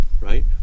right